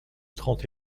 trente